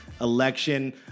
election